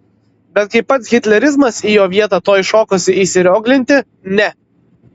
bet kai pats hitlerizmas į jo vietą tuoj šokosi įsirioglinti ne